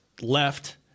left